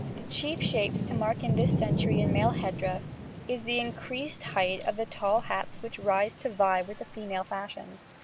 the chief shapes to mark in this century in male head-dress is the increased height of the tall hats which rise to vie with the female fashions.